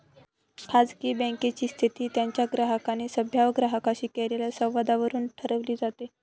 खाजगी बँकेची स्थिती त्यांच्या ग्राहकांनी संभाव्य ग्राहकांशी केलेल्या संवादावरून ठरवली जाते